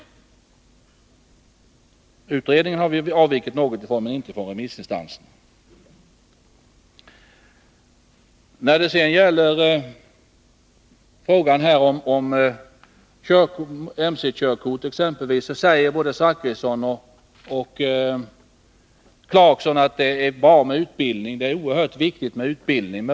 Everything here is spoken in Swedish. I frågan om motorcykelkörkort säger både Beril Zachrisson och Rolf Clarkson att utbildningen är oerhört viktig.